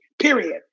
period